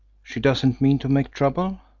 she doesn't mean to make trouble?